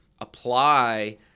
apply